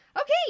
Okay